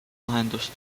lahendust